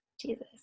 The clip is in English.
jesus